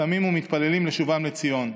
צמים ומתפללים לשובם לציון.